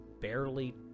barely